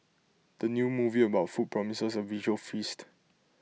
the new movie about food promises A visual feast